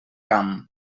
camp